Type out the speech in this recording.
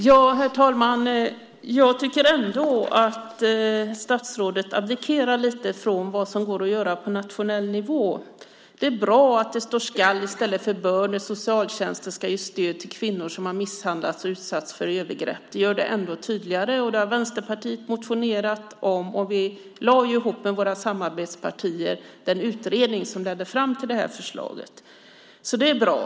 Herr talman! Jag tycker ändå att statsrådet abdikerar lite när det gäller vad som går att göra på nationell nivå. Det är bra att det står "skall" i stället för "bör" när socialtjänsten ska ge stöd till kvinnor som har misshandlats och utsatts för övergrepp. Det gör det ännu tydligare, och det har Vänsterpartiet motionerat om. Vi lade ju ihop med våra samarbetspartier fram den utredning som ledde fram till detta förslag. Det är bra.